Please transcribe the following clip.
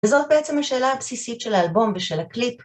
וזאת בעצם השאלה הבסיסית של האלבום ושל הקליפ.